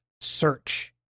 Search